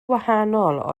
wahanol